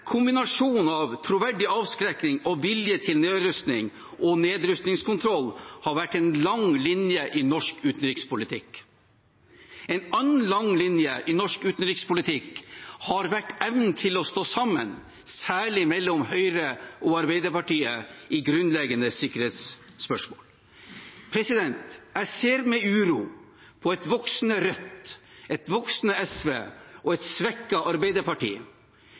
av 28 land. Kombinasjonen av troverdig avskrekking og vilje til nedrustning og nedrustningskontroll har vært en lang linje i norsk utenrikspolitikk. En annen lang linje i norsk utenrikspolitikk har vært evnen til å stå sammen, særlig Høyre og Arbeiderpartiet, i grunnleggende sikkerhetsspørsmål. Jeg ser med uro på et voksende Rødt, et voksende SV og et svekket Arbeiderparti.